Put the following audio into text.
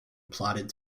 plotted